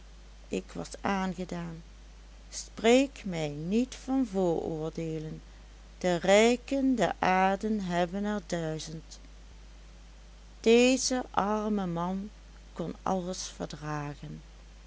ik was aangedaan spreek mij niet van vooroordeelen de rijken der aarde hebben er duizend deze arme man kon alles verdragen